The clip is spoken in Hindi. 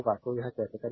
तो यह कैसे करेंगे